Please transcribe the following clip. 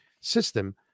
system